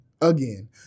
Again